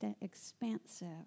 expansive